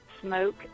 smoke